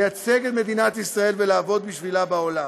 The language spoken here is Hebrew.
לייצג את מדינת ישראל ולעבוד בשבילה בעולם,